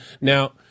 Now